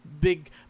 big